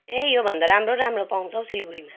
ए योभन्दा राम्रो राम्रो पाउँछ हौ सिलगढीमा